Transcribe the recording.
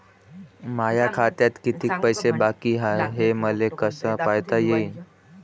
माया खात्यात कितीक पैसे बाकी हाय हे मले कस पायता येईन?